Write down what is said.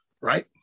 right